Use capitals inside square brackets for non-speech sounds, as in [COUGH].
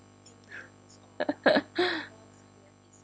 [LAUGHS]